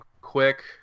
quick